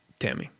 tammy.